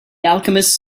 alchemist